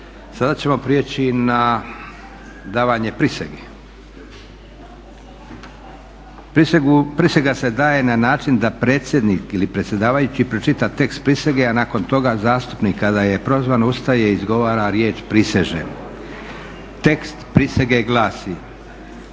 Sada ćemo prijeći na davanje prisege. Prisega se daje na način da predsjednik ili predsjedavajući pročita tekst prisege, a nakon toga zastupnik kada je prozvan ustaje i izgovara riječ "prisežem". Tekst prisege glasi.